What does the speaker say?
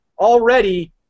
already